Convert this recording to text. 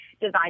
design